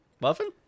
Muffin